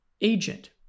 agent